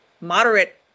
moderate